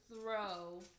throw